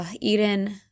eden